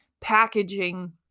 packaging